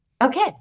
Okay